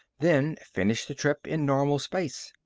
then finish the trip in normal space.